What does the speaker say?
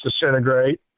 disintegrate